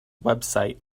website